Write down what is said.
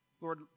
Lord